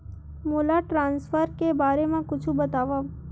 मोला ट्रान्सफर के बारे मा कुछु बतावव?